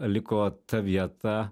liko ta vieta